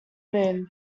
moon